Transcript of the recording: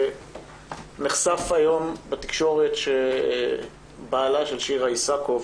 נחשף היום בתקשורת שבעלה של שירה איסקוב,